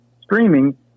streaming